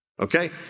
Okay